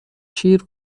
شیر